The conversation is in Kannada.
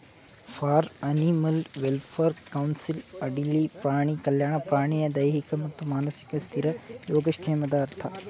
ಫಾರ್ಮ್ ಅನಿಮಲ್ ವೆಲ್ಫೇರ್ ಕೌನ್ಸಿಲ್ ಅಡಿಲಿ ಪ್ರಾಣಿ ಕಲ್ಯಾಣ ಪ್ರಾಣಿಯ ದೈಹಿಕ ಮತ್ತು ಮಾನಸಿಕ ಸ್ಥಿತಿ ಯೋಗಕ್ಷೇಮದ ಅರ್ಥ